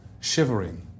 shivering